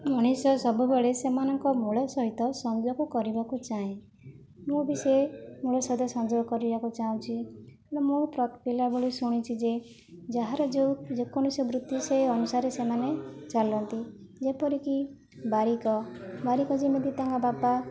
ମଣିଷ ସବୁବେଳେ ସେମାନଙ୍କ ମୂଳ ସହିତ ସଂଯୋଗ କରିବାକୁ ଚାହେଁ ମୁଁ ବି ସେ ମୂଳ ସହିତ ସଂଯୋଗ କରିବାକୁ ଚାହୁଁଛି କିନ୍ତୁ ମୁଁ ପିଲାବେଳୁ ଶୁଣିଛି ଯେ ଯାହାର ଯେଉଁ ଯେକୌଣସି ବୃତ୍ତି ସେ ଅନୁସାରେ ସେମାନେ ଚାଲନ୍ତି ଯେପରିକି ବାରିକ ବାରିକ ଯେମିତି ତାଙ୍କ ବାପା